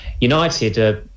United